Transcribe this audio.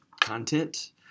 content